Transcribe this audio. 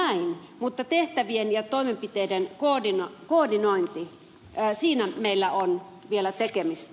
hyvä näin mutta tehtävien ja toimenpiteiden koordinoinnissa meillä on vielä tekemistä